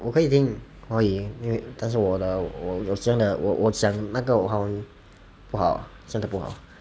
我会听华语因为但是我的我真的我我讲那个华文不好真的不好